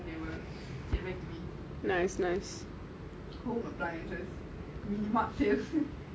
so is they just put hteir number then I will message and tell them